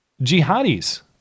jihadis